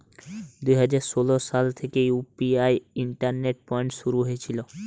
দুই হাজার ষোলো সাল থেকে ইউ.পি.আই ইন্টারনেট পেমেন্ট শুরু হয়েছিল